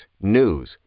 news